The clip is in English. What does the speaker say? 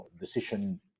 decision